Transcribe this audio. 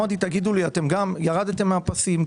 אמרתי: תגידו לי, ירדתם מהפסים?